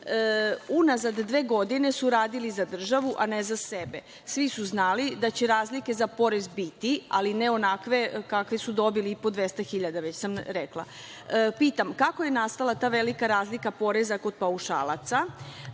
plate. Unazad dve godine su radili za državu, a ne za sebe. Svi su znali da će razlike za porez biti, ali ne onakve kakve su dobili po 200.000, već sam rekla. Pitam – kako je nastala ta velika razlika poreza kod paušalaca?